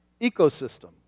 ecosystem